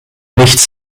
nichts